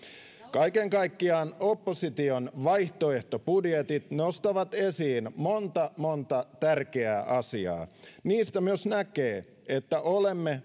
kaiken kaikkiaan opposition vaihtoehtobudjetit nostavat esiin monta monta tärkeää asiaa niistä myös näkee että olemme